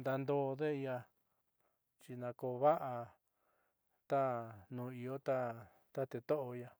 ndaado'ode ia xi nako va'a ta nuun io ta te to'o i'ia.